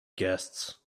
guests